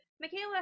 Michaela